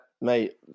mate